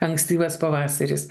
ankstyvas pavasaris